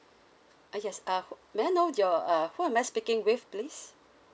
uh yes uh may I know your uh who am I speaking with please